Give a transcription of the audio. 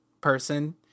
person